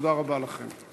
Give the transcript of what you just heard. תודה רבה לכם.